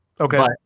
Okay